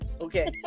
Okay